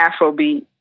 Afrobeat